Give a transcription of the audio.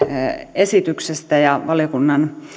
esityksestä ja valiokunnan